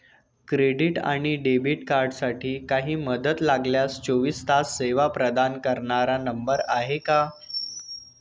Credit आणि debit कार्डसाठी काही मदत लागल्यास चोवीस तास सेवा प्रदान करणारा नंबर आहे का?